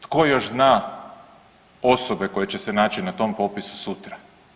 Tko još zna osobe koje će se naći na tom popisu sutra.